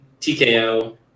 TKO